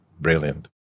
brilliant